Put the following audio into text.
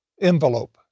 envelope